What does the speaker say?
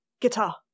Guitar